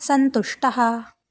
सन्तुष्टः